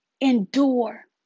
Endure